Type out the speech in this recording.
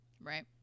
right